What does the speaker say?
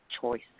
choice